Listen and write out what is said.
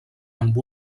amb